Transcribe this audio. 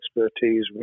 expertise